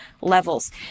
levels